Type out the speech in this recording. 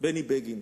בני בגין: